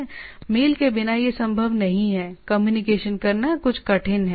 mail के बिना यह संभव नहीं हैकम्युनिकेशन करना कुछ कठिन है